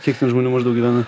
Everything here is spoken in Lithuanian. kiek ten žmonių maždaug gyvena